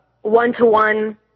one-to-one